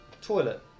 Toilet